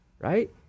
right